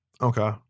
okay